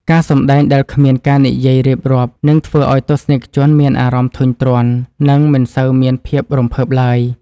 ការសម្តែងដែលគ្មានការនិយាយរៀបរាប់នឹងធ្វើឱ្យទស្សនិកជនមានអារម្មណ៍ធុញទ្រាន់ និង មិនសូវមានភាពរំភើបឡើយ។